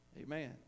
Amen